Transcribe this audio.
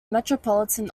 metropolitan